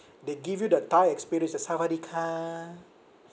they give you the thai experience the sawadeeka